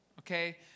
okay